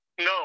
no